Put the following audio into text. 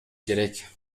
керек